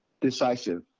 decisive